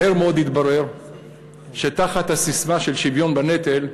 מהר מאוד התברר שתחת הססמה של שוויון בנטל,